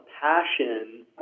passion